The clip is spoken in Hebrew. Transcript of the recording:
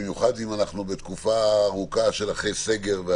במיוחד אם אנחנו בתקופה ארוכה של אחרי סגר,